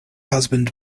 husband